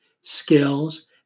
skills